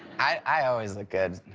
i always look good.